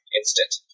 instant